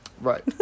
Right